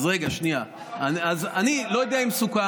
אני לא יודע אם סוכם.